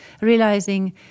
realizing